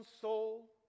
soul